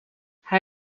hij